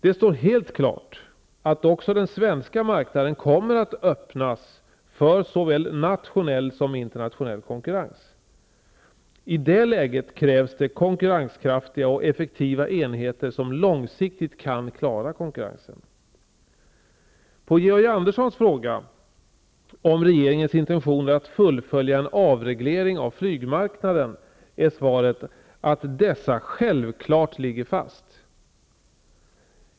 Det står helt klart att också den svenska marknaden kommer att öppnas för såväl nationell som internationell konkurrens. I det läget krävs det konkurrenskraftiga och effektiva enheter som långsiktigt kan klara konkurrensen. På Georg Anderssons fråga om regeringens intentioner att fullfölja en avreglering av flygmarknaden är svaret att dessa självklart ligger fast.